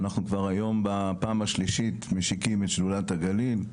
אנחנו כבר היום בפעם השלישית משיקים את שדולת הגליל.